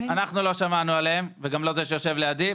אנחנו לא שמענו עליהן, וגם לא זה שיושב לידי.